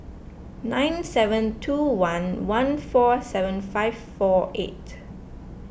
nine seven two one one four seven five four eight